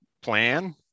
plan